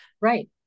Right